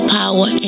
power